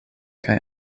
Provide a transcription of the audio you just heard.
kaj